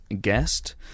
guest